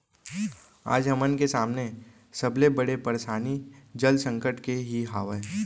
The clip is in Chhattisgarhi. आज हमन के सामने सबले बड़े परसानी जल संकट के ही हावय